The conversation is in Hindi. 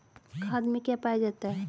खाद में क्या पाया जाता है?